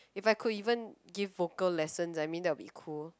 if I could even give vocal lessons I mean that would be cool